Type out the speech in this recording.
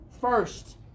First